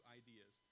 ideas